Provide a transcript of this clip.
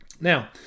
Now